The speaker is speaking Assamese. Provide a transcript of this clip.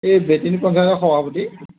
এই বেটিন পঞ্চায়তৰ সভাপতি